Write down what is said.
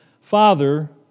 Father